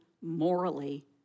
morally